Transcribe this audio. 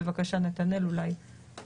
מנהלת אגף תאגידים ולשכות,